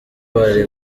bari